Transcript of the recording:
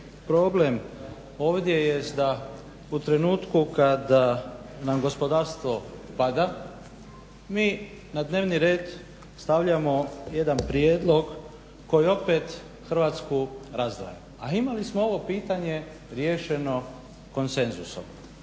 problem ovdje jest da u trenutku kada nam gospodarstvo pada mi na dnevni red stavljamo jedna prijedlog koji opet Hrvatsku razdvaja, a imali smo ovo pitanje riješeno konsenzusom.